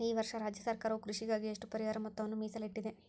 ಈ ವರ್ಷ ರಾಜ್ಯ ಸರ್ಕಾರವು ಕೃಷಿಗಾಗಿ ಎಷ್ಟು ಪರಿಹಾರ ಮೊತ್ತವನ್ನು ಮೇಸಲಿಟ್ಟಿದೆ?